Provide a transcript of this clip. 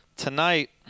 Tonight